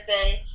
person